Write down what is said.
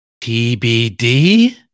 TBD